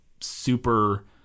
super